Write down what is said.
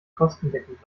kostendeckend